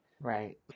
Right